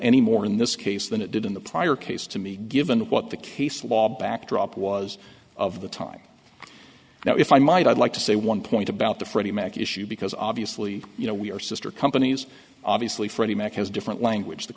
anymore in this case than it did in the prior case to me given what the case law backdrop was of the time now if i might i'd like to say one point about the freddie mac issue because obviously you know we are sister companies obviously freddie macas different language the